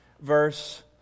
verse